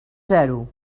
zero